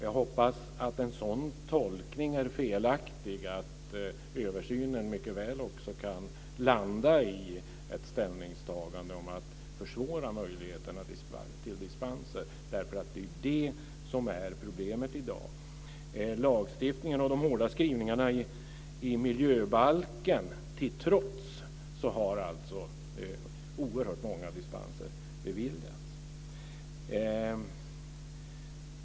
Jag hoppas att en sådan tolkning är felaktig och att översynen mycket väl också kan landa i ett ställningstagande om att försvåra möjligheterna till dispenser. Det är nämligen det som är problemet i dag. Lagstiftningen och de hårda skrivningarna i miljöbalken till trots har oerhört många dispenser beviljats.